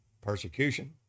persecution